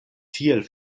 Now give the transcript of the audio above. tiel